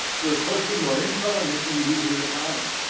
we're posting more info and making it easier to find.